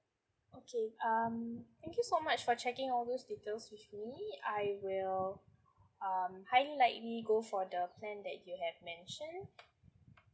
okay um thank you so much for checking all those details with me I will um highly likely go for the plan that you had mentioned